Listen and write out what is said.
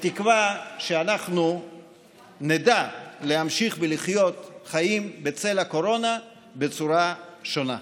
בתקווה שאנחנו נדע להמשיך ולחיות חיים בצל הקורונה בצורה שונה.